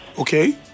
Okay